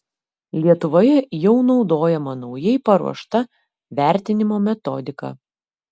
lietuvoje jau naudojama naujai paruošta vertinimo metodika